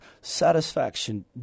satisfaction